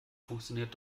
funktioniert